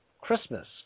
Christmas